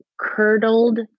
curdled